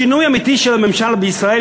שינוי אמיתי של הממשל בישראל,